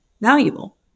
valuable